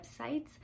websites